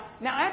Now